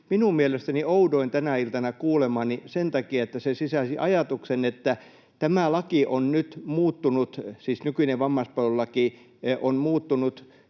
minun mielestäni oudoin tänä iltana kuulemani sen takia, että se sisälsi ajatuksen, että tämä laki on nyt muuttunut, siis nykyinen vammaispalvelulaki,